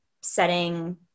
setting